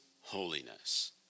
holiness